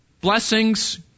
blessings